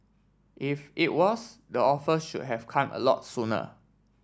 if it was the offer should have come a lot sooner